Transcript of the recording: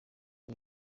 ubu